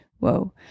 Whoa